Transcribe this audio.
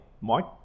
Mike